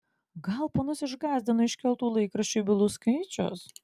gal ponus išgąsdino iškeltų laikraščiui bylų skaičius